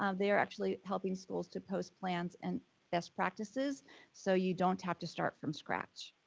um they are actually helping schools to post plans and best practices so you don't have to start from scratch.